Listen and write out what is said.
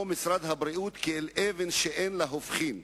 משרד הבריאות כאל אבן שאין לה הופכין,